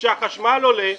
כאשר החשמל עולה,